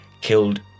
killed